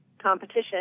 competition